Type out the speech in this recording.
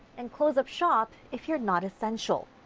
and close up shop if you're not essential.